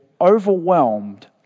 overwhelmed